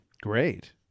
Great